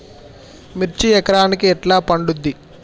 మిర్చి ఎకరానికి ఎట్లా పండుద్ధి?